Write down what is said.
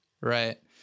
Right